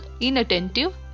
inattentive